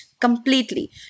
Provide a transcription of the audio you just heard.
completely